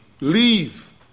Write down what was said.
leave